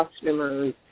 customers